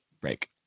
break